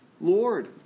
Lord